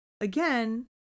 again